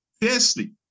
fiercely